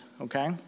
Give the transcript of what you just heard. okay